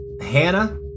Hannah